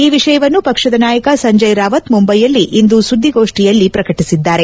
ಈ ವಿಷಯವನ್ನು ಪಕ್ಷದ ನಾಯಕ ಸಂಜಯ್ ರಾವತ್ ಮುಂಬೈನಲ್ಲಿಂದು ಸುದ್ದಿಗೋಷ್ಠಿಯಲ್ಲಿ ಪ್ರಕಟಿಸಿದ್ದಾರೆ